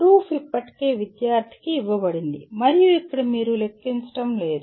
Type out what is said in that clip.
proof ఇప్పటికే విద్యార్థికి ఇవ్వబడింది మరియు ఇక్కడ మీరు లెక్కించడం లేదు